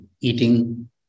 eating